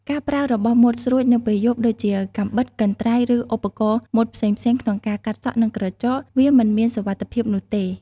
ការប្រើរបស់មុតស្រួច នៅពេលយប់ដូចជា កាំបិត កន្ត្រៃ ឬឧបករណ៍មុតផ្សេងៗក្នុងការកាត់សក់ និងក្រចក វាមិនមានសុវត្ថិភាពនោះទេ។